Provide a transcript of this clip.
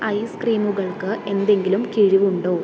ഐസ്ക്രീമുകൾക്ക് എന്തെങ്കിലും കിഴിവ് ഉണ്ടോ